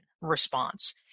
response